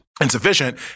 insufficient